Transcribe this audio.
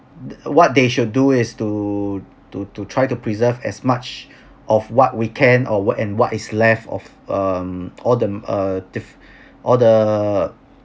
th~ what they should do is to to to try to preserve as much of what we can or were and what is left of um all the uh dif~ all the